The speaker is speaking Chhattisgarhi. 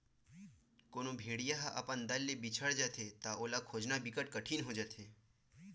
कोनो भेड़िया ह अपन दल ले बिछड़ जाथे त ओला खोजना बिकट कठिन हो जाथे